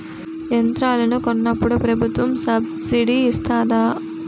యంత్రాలను కొన్నప్పుడు ప్రభుత్వం సబ్ స్సిడీ ఇస్తాధా?